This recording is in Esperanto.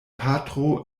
patro